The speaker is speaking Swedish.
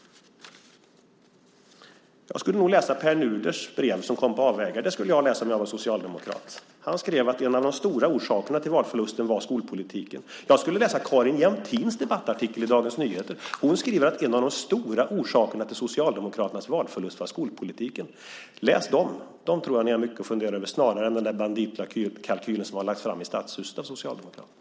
Jag skulle nog läsa Pär Nuders brev som kom på avvägar. Det skulle jag läsa om jag var socialdemokrat. Han skrev att en av de stora orsakerna till valförlusten var skolpolitiken. Jag skulle läsa Carin Jämtins debattartikel i Dagens Nyheter. Hon skriver att en av de stora orsakerna till Socialdemokraternas valförlust var skolpolitiken. Läs dem! Där tror jag att ni har mycket att fundera över snarare än den banditkalkyl som har lagts fram i Stadshuset av Socialdemokraterna.